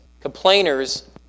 Complainers